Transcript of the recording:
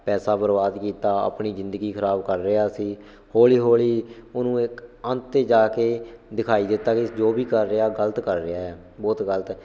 ਪੈਸਾ ਬਰਬਾਦ ਕੀਤਾ ਆਪਣੀ ਜ਼ਿੰਦਗੀ ਖਰਾਬ ਕਰ ਰਿਹਾ ਸੀ ਹੌਲੀ ਹੌਲੀ ਉਹਨੂੰ ਇੱਕ ਅੰਤ 'ਤੇ ਜਾ ਕੇ ਦਿਖਾਈ ਦਿੱਤਾ ਕਿ ਜੋ ਵੀ ਕਰ ਰਿਹਾ ਗਲਤ ਕਰ ਰਿਹਾ ਆ ਬਹੁਤ ਗਲਤ